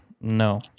no